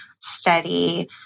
study